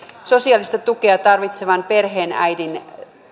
sosiaalista tukea tarvitsevan perheenäidin